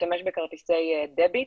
להשתמש בכרטיסי דביט.